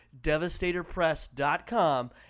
DevastatorPress.com